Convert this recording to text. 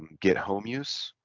get home use